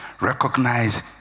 Recognize